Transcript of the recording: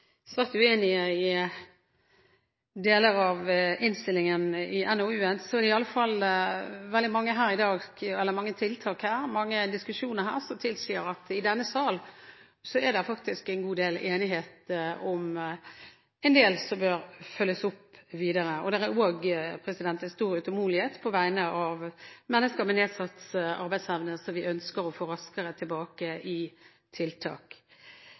så er det iallfall veldig mange tiltak her, og veldig mange diskusjoner som tilsier at det i denne sal faktisk er en god del enighet om en del som bør følges opp videre. Det er også en stor utålmodighet på vegne av mennesker med nedsatt arbeidsevne, som vi ønsker å få raskere tilbake i tiltak.